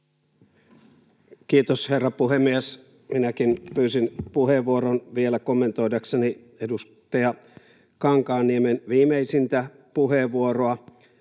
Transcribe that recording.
Kiitos, herra puhemies! Minäkin pyysin puheenvuoron vielä kommentoidakseni edustaja Kankaanniemen viimeisintä puheenvuoroa.